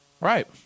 right